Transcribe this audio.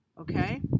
okay